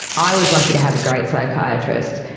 i was lucky to have a great psychiatrist,